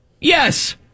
Yes